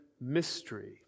mystery